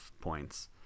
points